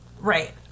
Right